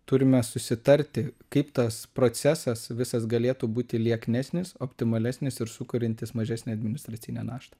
turime susitarti kaip tas procesas visas galėtų būti lieknesnis optimalesnis ir sukuriantis mažesnę administracinę naštą